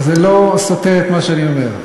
אבל זה לא סותר את מה שאני אומר.